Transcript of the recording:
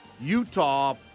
Utah